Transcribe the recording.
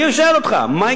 אני שואל אותך, מה